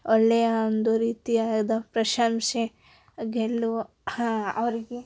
ಒಳ್ಳೆಯ ಒಂದು ರೀತಿಯಾದ ಪ್ರಶಂಸೆ ಗೆಲ್ಲುವ ಅವರಿಗೆ